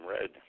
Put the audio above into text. Red